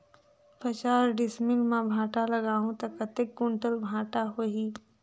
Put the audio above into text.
पचास डिसमिल मां भांटा लगाहूं ता कतेक कुंटल भांटा होही?